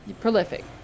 prolific